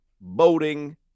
boating